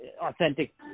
authentic